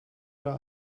oder